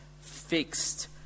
fixed